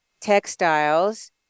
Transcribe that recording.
textiles